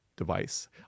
device